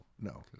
No